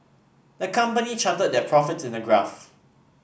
the company charted their profits in a graph